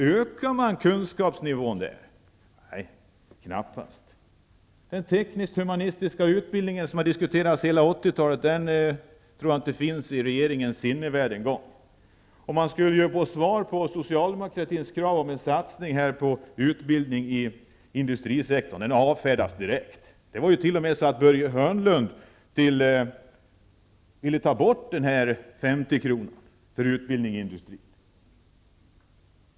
Ökar man kunskapsnivån i industrin? Nej, knappast. Den tekniskt humanistiska utbildning, som har diskuterats under hela 80-talet, tror jag inte ens finns i regeringens sinnevärld. Vi skulle ju få svar på Socialdemokraternas krav på en satsning på en utbildning i industrisektorn. Den avfärdas direkt. Börje Hörnlund ville ju t.o.m. ta bort den här 50-kronan för utbildning i industrin.